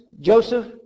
Joseph